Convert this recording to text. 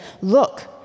Look